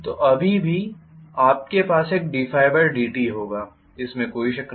तो अभी भी आपके पास एक d∅dt होगा इसमें कोई शक नहीं